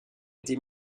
été